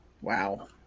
Wow